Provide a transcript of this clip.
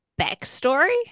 backstory